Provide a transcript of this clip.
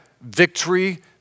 victory